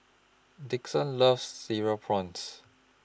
Dixon loves Cereal Prawns